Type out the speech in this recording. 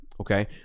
okay